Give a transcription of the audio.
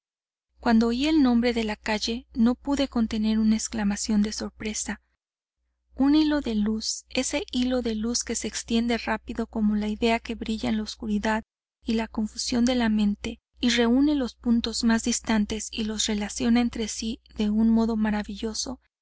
cuando oí el nombre de la calle no pude contener una exclamación de sorpresa un hilo de luz ese hilo de luz que se extiende rápido como la idea que brilla en la oscuridad y la confusión de la mente y reúne los puntos más distantes y los relaciona entre sí de un modo maravilloso